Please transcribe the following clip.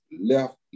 left